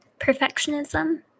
perfectionism